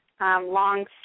long